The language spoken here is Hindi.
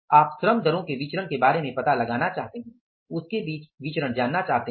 आप श्रम दरों के विचरण के बारे में पता लगाना चाहते हैं उसके बीच विचरण जानना चाहते हैं